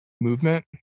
movement